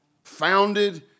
founded